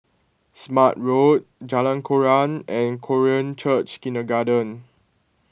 Smart Road Jalan Koran and Korean Church Kindergarten